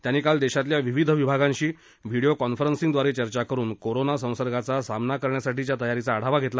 त्यांनी काल देशातल्या विविध विभागांशी व्हिडिओ कॉन्फरन्सिंग द्वारे चर्चा करुन कोरोना संसर्गाचा सामना करण्यासाठीच्या तयारीचा आढावा घेतला